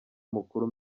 mukuru